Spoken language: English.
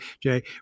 Jay